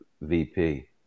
VP